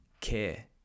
care